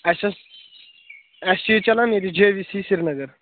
اسہِ ٲس اسہِ چھِ چلان ییٚتہِ جے وی سی سریٖنگر